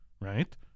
right